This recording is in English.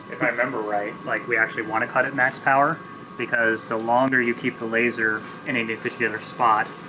if i remember right, like we actually want to cut at max power because the longer you keep the laser in a particular spot,